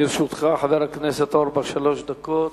לרשותך, חבר הכנסת אורבך, שלוש דקות.